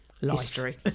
history